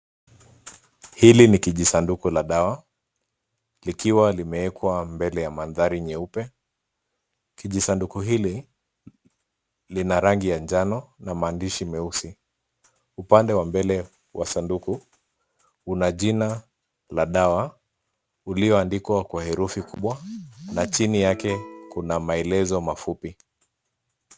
Hili ni kijisanduku la dawa likiwa limewekwa mbele ya mandhari nyeupe. Kijisanduku hili lina rangi ya njano na maandishi meusi. Upande wa mbele wa sanduku una jina la dawa ulioandikwa kwa herufi kubwa, na chini yake kuna maelezo mafupi.